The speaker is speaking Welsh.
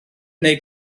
neu